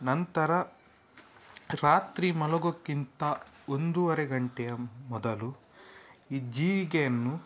ನಂತರ ರಾತ್ರಿ ಮಲಗೋಕ್ಕಿಂತ ಒಂದೂವರೆ ಗಂಟೆಯ ಮೊದಲು ಈ ಜೀರಿಗೆಯನ್ನು